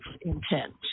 intent